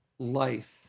Life